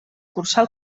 cursar